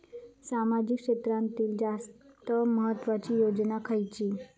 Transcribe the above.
सामाजिक क्षेत्रांतील जास्त महत्त्वाची योजना खयची?